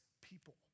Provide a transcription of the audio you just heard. people